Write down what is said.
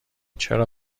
چرا